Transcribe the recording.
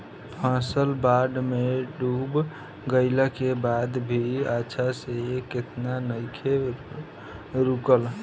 फसल बाढ़ में डूब गइला के बाद भी अच्छा से खिलना नइखे रुकल